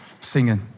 singing